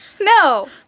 No